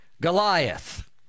Goliath